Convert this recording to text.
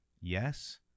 yes